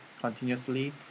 continuously